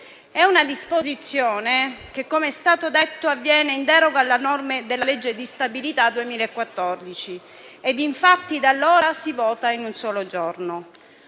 È una disposizione che - come è stato detto - avviene in deroga alle norme della legge di stabilità per il 2014, momento dal quale si vota in un solo giorno.